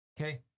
Okay